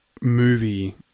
movie